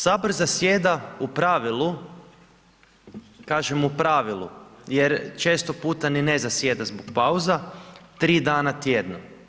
Sabor zasjeda, u pravilu, kažem, u pravilu, jer često puta i ne zasjeda zbog pauza, 3 dana tjedno.